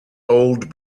old